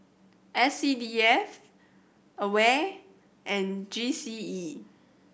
S C D F AWARE and G C E